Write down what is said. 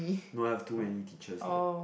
no I've too many teachers that